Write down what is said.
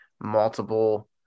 multiple